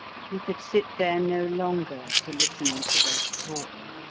he could sit there no longer to listen to their talk.